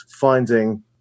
finding